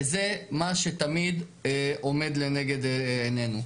זה מה שתמיד עומד לנגד עינינו.